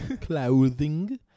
clothing